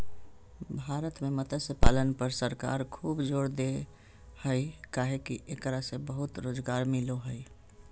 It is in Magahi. भारत में मत्स्य पालन पर सरकार खूब जोर दे हई काहे कि एकरा से बहुत रोज़गार मिलो हई